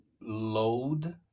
load